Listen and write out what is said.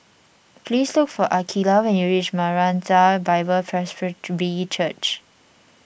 please look for Akeelah when you reach Maranatha Bible Presby Church